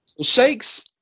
Shakes